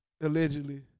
allegedly